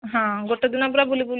ହଁ ଗୋଟେ ଦିନ ପୁରା ବୁଲି ବୁଲି